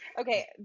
Okay